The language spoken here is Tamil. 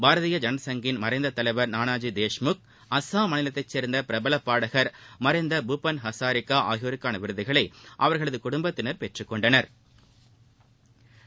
பாரதீய ஜனசங்கின் மறைந்த தலைவர் நானாஜி தேஷ்முக் அஸ்ஸாம் மாநிலத்தைச் சேர்ந்த பிரபல பாடகர் மறைந்த பூபன் ஹசாரிகா ஆகியோருக்கான விருதுகளை அவா்களது குடும்பத்தினா் பெற்றுக் கொண்டனா்